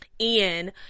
ian